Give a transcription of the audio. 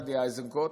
גדי איזנקוט,